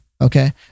Okay